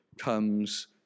comes